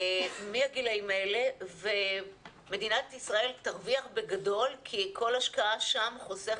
מהגילאים האלה ומדינת ישראל תרוויח בגדול כי כל השקעה שם חוסכת,